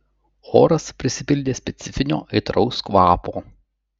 oras prisipildė specifinio aitraus kvapo